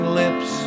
lips